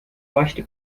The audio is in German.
leuchte